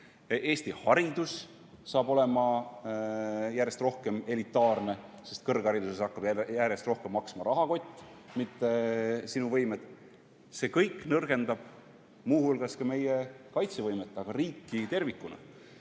Eesti haridus hakkab olema järjest rohkem elitaarne, sest kõrghariduses hakkab järjest rohkem maksma rahakott, mitte sinu võimed. See kõik nõrgendab muu hulgas meie kaitsevõimet, aga ka riiki tervikuna.